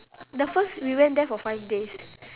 the first we went there for five days